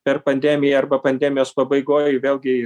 per pandemiją arba pandemijos pabaigoj vėlgi